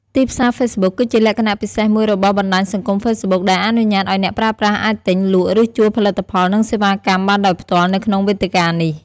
ទីផ្សារហ្វេសប៊ុក គឺជាលក្ខណៈពិសេសមួយរបស់បណ្តាញសង្គមហ្វេសប៊ុក ដែលអនុញ្ញាតឱ្យអ្នកប្រើប្រាស់អាចទិញ លក់ ឬជួលផលិតផលនិងសេវាកម្មបានដោយផ្ទាល់នៅក្នុងវេទិកានេះ។